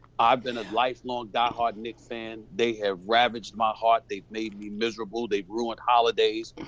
i've been a lifelong die hard knicks fan, they have ravaged my heart, they've made me miserable, they've ruined holidays,